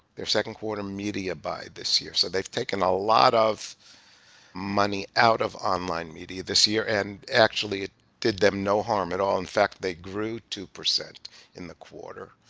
their second-quarter media buy this year. so they've taken a lot of money out of online media this year and actually did them no harm at all, in fact the great two percent in the quarter.